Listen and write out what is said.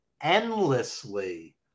endlessly